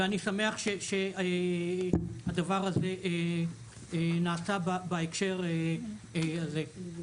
ואני שמח שהדבר הזה נעשה בהקשר הזה.